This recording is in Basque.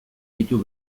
ditu